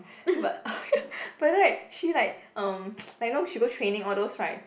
but but right she like um like know she go training all those right